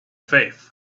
faith